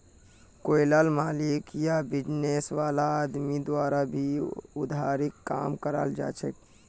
कोईला मालिक या बिजनेस वाला आदमीर द्वारा भी उधारीर काम कराल जाछेक